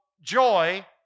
joy